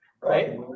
Right